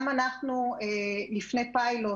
גם אנחנו לפני פיילוט